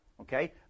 Okay